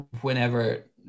whenever